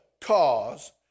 cause